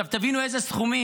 עכשיו, תבינו אילו סכומים,